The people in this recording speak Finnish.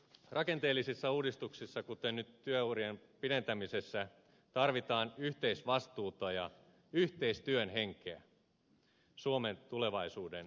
rakenteellisissa uudistuksissa kuten nyt työurien pidentämisessä tarvitaan yhteisvastuuta ja yhteistyön henkeä suomen tulevaisuuden turvaamiseksi